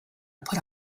put